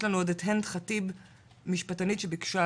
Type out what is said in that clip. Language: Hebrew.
רציתי